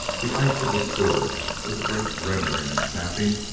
the ice of the stewart, with a great rending and snapping,